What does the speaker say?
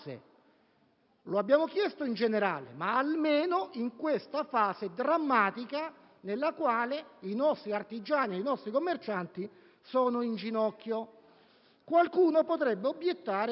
Lo abbiamo chiesto in generale, ma almeno lo si faccia in questa fase drammatica, nella quale i nostri artigiani e i nostri commercianti sono in ginocchio. Qualcuno potrebbe obiettare che